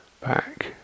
back